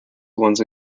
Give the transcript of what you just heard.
once